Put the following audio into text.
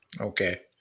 Okay